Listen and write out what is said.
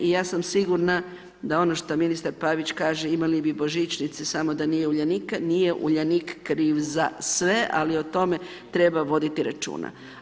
Ja sam sigurna da ono što ministar Pavić kaže, imali bi Božićnice samo da nije Uljanika, nije Uljanik kriv za sve, ali o tome treba voditi računa.